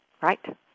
Right